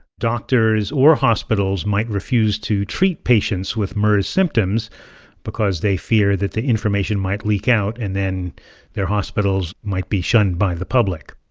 doctors or hospitals might refuse to treat patients with mers symptoms because they fear that the information might leak out, and then their hospitals might be shunned by the public.